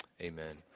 Amen